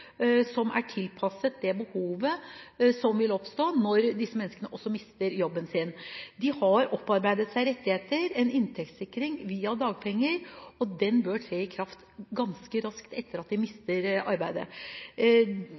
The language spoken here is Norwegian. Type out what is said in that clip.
som er tilpasset det behovet som vil oppstå, også når disse menneskene mister jobben sin. De har opparbeidet seg rettigheter – en inntektssikring via dagpenger. Den bør tre i kraft ganske raskt etter at de mister arbeidet.